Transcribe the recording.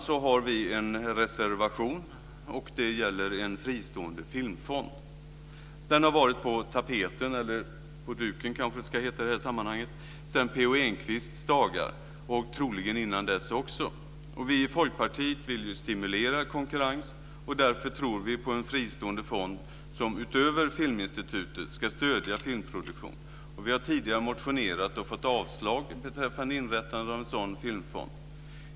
Vi har en reservation. Det gäller en fristående filmfond. Den har varit på tapeten - eller duken kanske det ska heta i det här sammanhanget - sedan P O Enquists dagar och troligen innan dess också. Vi i Folkpartiet vill stimulera konkurrens, och därför tror vi på en fristående fond som utöver Filminstitutet ska stödja filmproduktion. Vi har tidigare motionerat och fått avslag beträffande inrättande av en sådan filmfond.